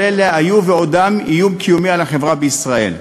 כל אלה היו ועודם איום קיומי על החברה בישראל.